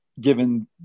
given